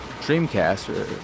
Dreamcast